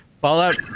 Fallout